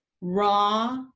raw